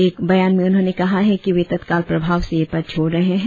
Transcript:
एक बयान में उन्होंने कहा है कि वे तत्काल प्रभाव से यह पद छोड़ रहे हैं